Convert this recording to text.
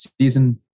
season